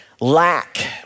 lack